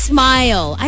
Smile